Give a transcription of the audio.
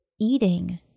eating